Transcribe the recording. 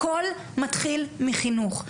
הכל מתחיל מחינוך.